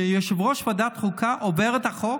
כשיושב-ראש ועדת החוקה עובר על החוק?